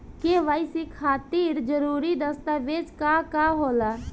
KYC खातिर जरूरी दस्तावेज का का होला?